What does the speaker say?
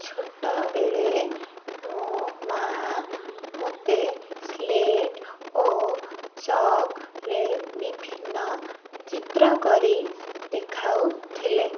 ଛୋଟବେଳେ ମୋ ମା ମୋତେ ସ୍ଳେଟ ଓ ଚକ୍ରେ ବିଭିନ୍ନ ଚିତ୍ର କରି ଦେଖାଉଥିଲେ